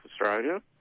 Australia